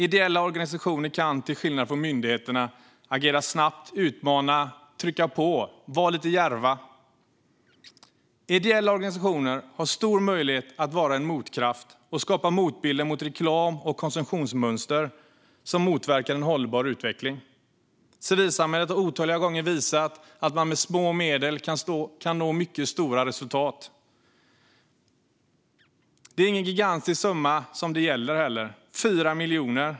Ideella organisationer kan till skillnad från myndigheterna agera snabbt, utmana, trycka på och vara lite djärva. Ideella organisationer har stor möjlighet att vara en motkraft och skapa motbilder mot reklam och konsumtionsmönster som motverkar en hållbar utveckling. Civilsamhället har otaliga gånger visat att man med små medel kan nå mycket stora resultat. Det gäller ingen gigantisk summa: 4 miljoner.